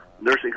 nursing